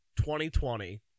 2020